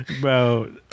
Bro